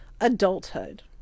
adulthood